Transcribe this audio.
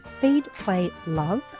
feedplaylove